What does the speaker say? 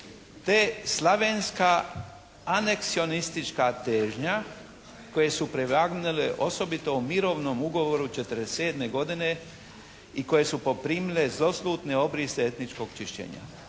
te slavenska aneksionistička težnja, koje su prevagnule osobito u Mirovnom ugovoru 1947. godine i koje su poprimile zlosutne obrise etničkog čišćenja".